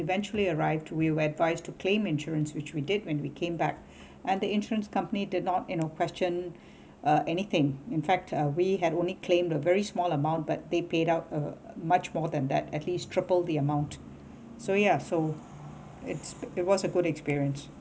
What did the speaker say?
eventually arrived we were advised to claim insurance which we did when we came back and the insurance company did not you know question uh anything in fact uh we had only claimed a very small amount but they paid out a much more than that at least triple the amount so yeah so it's it was a good experience